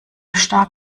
stark